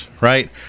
right